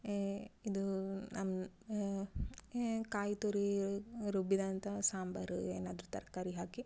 ಇದು ನಮ್ಮ ಕಾಯಿತುರಿ ರುಬ್ಬಿದಂಥ ಸಾಂಬಾರು ಏನಾದರೂ ತರಕಾರಿ ಹಾಕಿ